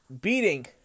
beating